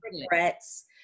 regrets